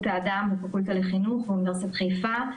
האדם בפקולטה לחינוך באוניברסיטת חיפה,